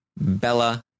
Bella